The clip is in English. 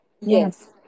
Yes